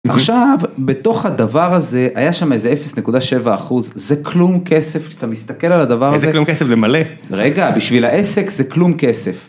עכשיו בתוך הדבר הזה היה שם איזה 0.7 אחוז זה כלום כסף כשאתה מסתכל על הדבר הזה זה מלא רגע בשביל העסק זה כלום כסף.